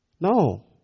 No